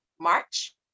March